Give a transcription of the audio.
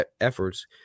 efforts